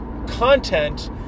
content